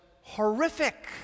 horrific